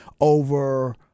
over